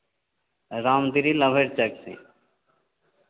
Ram Giri taxi